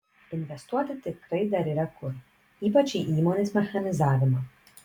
investuoti tikrai dar yra kur ypač į įmonės mechanizavimą